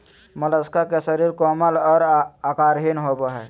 Mollusca के शरीर कोमल और आकारहीन होबय हइ